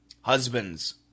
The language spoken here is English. Husbands